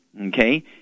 okay